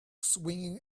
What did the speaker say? swinging